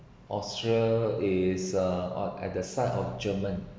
austria is uh at the side of german